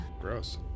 Gross